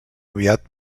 aviat